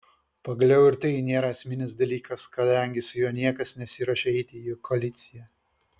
pagaliau ir tai nėra esminis dalykas kadangi su juo niekas nesiruošia eiti į koaliciją